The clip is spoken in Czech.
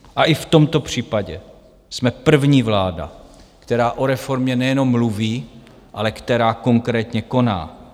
A i v tomto případě jsme první vláda, která o reformě nejenom mluví, ale která konkrétně koná.